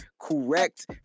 correct